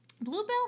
Bluebell